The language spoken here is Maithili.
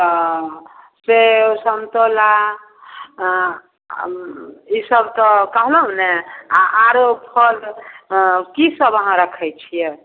अँ सेब सन्तोला आओर ईसब तऽ कहलहुँ ने आओर आओर फल अँ किसब अहाँ रखै छिए